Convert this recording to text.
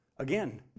Again